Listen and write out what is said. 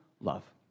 love